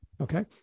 okay